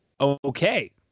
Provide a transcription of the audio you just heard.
Okay